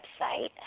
website